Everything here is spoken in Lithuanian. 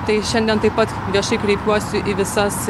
tai šiandien taip pat viešai kreipiuosi į visas